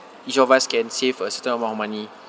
each of us can save a certain amount of money